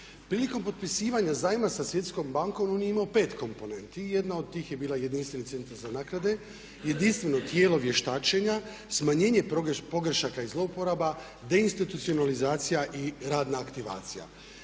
Prilikom potpisivanja zajma sa Svjetskom bankom on je imao pet komponenti. Jedan od tih je bila jedinstveni centar za naknade, jedinstveno tijelo vještačenja, smanjenje pogrešaka i zlouporaba, deinstitucionalizacija i radna aktivacija.